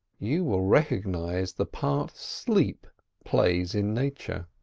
you will recognise the part sleep plays in nature.